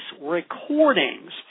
recordings